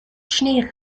schnee